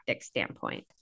standpoint